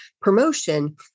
promotion